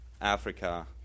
Africa